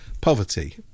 Poverty